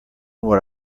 what